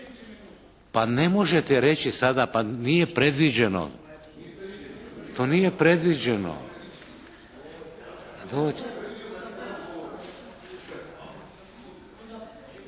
Pa ne možete reći sada, pa nije predviđeno. To nije predviđeno.